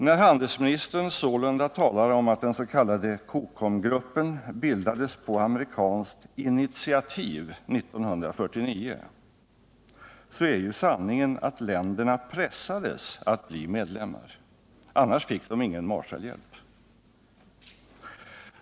När handelsministern sålunda talar om att den s.k. COCOM-gruppen bildades på amerikanskt ”initiativ” 1949, så är ju sanningen att länderna pressades att bli medlemmar. Annars fick de ingen Marshallhjälp!